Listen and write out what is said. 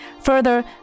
Further